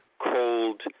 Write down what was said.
cold